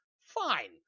fine